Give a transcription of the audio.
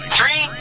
Three